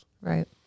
Right